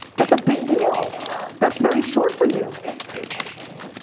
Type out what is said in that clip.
that's a big deal. yeah. that's very short for you. it is very short for me.